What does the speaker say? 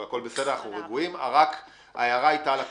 רק ההערה הייתה על התקנות.